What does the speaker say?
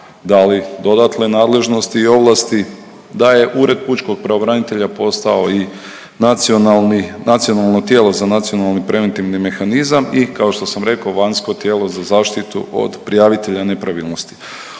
dali dodatne nadležnosti i ovlasti, da je Ured pučkog pravobranitelja postao i nacionalni, nacionalno tijelo za nacionalni preventivni mehanizam i kao što sam rekao vanjsko tijelo za zaštitu od prijavitelja nepravilnosti.